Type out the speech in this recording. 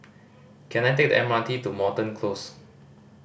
can I take the M R T to Moreton Close